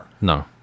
No